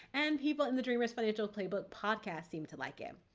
and people in the dreamers financial playbook podcast seem to like it.